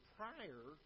prior